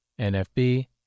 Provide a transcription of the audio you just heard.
nfb